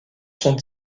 sont